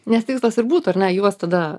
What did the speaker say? nes tikslas ir būtų ar ne juos tada